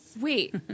Wait